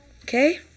okay